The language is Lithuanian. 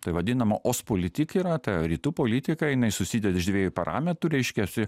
tai vadinama ost politik yra ta rytų politika jinai susideda iš dviejų parametrų reiškiasi